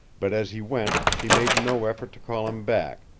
but as he went she made no effort to call him back,